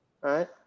right